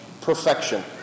perfection